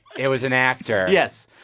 it was an actor yes,